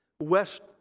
West